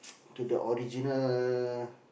to the original